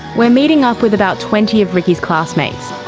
we're meeting up with about twenty of ricky's classmates.